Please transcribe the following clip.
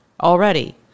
already